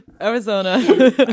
Arizona